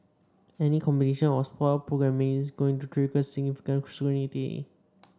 any combination of sport programming is going to trigger significant scrutiny